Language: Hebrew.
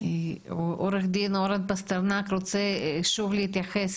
עורך דין אורן פסטרנק רוצה שוב להתייחס